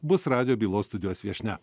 bus radijo bylos studijos viešnia